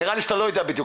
נראה לי שאתה יודע בדיוק.